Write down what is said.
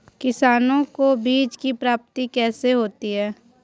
किसानों को बीज की प्राप्ति कैसे होती है?